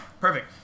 perfect